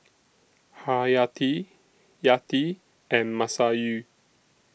Haryati Yati and Masayu